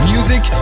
Music